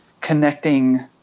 connecting